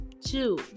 Two